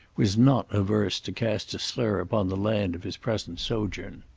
was not averse to cast a slur upon the land of his present sojourn.